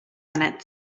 minutes